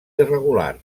irregular